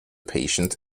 patient